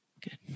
Good